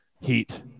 heat